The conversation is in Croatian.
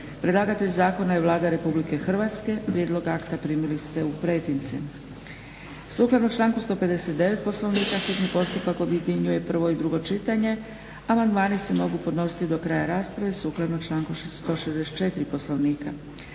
Predlagatelj zakona je Vlada Republike Hrvatske. Prijedlog akta primili ste u pretince. Sukladno članku 159. Poslovnika hitni postupak objedinjuje prvo i drugo čitanje. Amandmani se mogu podnositi do kraja rasprave sukladno članku 164. Poslovnika.